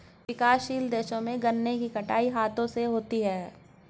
विकासशील देशों में गन्ने की कटाई हाथों से होती है